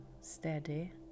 steady